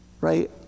Right